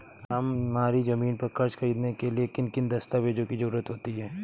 हमारी ज़मीन पर कर्ज ख़रीदने के लिए किन किन दस्तावेजों की जरूरत होती है?